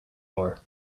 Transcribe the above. ore